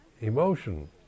emotion